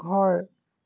ঘৰ